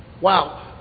Wow